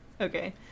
Okay